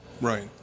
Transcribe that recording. Right